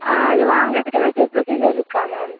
அதை வாங்குறதுக்கு எதாச்சும் ப்ரொசிஜர் இருக்கா மேம்